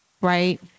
Right